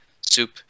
soup